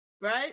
right